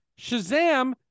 Shazam